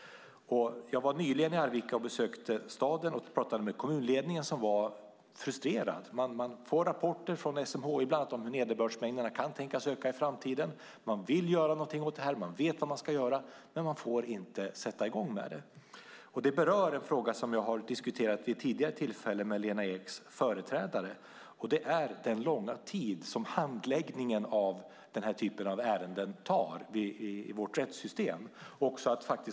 Jag besökte nyligen Arvika och pratade med kommunledningen som var frustrerad. Man får rapporter från SMHI bland annat om hur nederbördsmängderna kan tänkas öka i framtiden. Man vill göra något åt detta och man vet vad man ska göra, men man får inte sätta i gång. Det berör en fråga som jag vid ett tidigare tillfälle har diskuterat med Lena Eks företrädare, nämligen den långa tid som handläggningen av sådana här ärenden tar i vårt rättssystem.